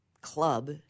club